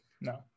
No